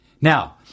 Now